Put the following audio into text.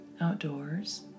outdoors